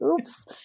Oops